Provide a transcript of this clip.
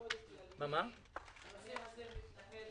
באופן כללי והנושא הזה מתנהל